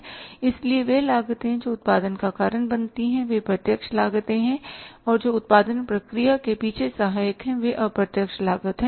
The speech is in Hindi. इसलिए वे लागतें जो उत्पादन का कारण बनती हैं वे प्रत्यक्ष लागतें हैं और जो उत्पादन प्रक्रिया के पीछे सहायक हैं वे अप्रत्यक्ष लागत हैं